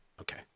okay